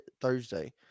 Thursday